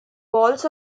balls